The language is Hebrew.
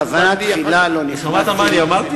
בכוונה תחילה לא נכנסתי לשדה, שמעת מה אמרתי?